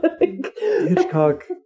Hitchcock